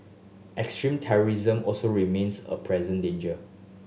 extremist terrorism also remains a present danger